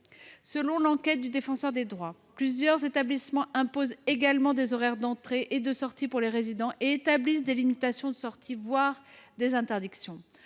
selon l’enquête menée par le Défenseur des droits, plusieurs établissements imposent des horaires d’entrée et de sortie pour les résidents ou établissent des limitations de sortie, voire des interdictions.